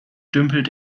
dümpelt